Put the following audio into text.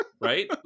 right